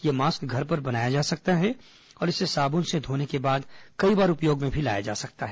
यह मास्क घर पर बनाया जा सकता है और इसे साबुन से धोने के बाद कई बार उपयोग में लाया जा सकता है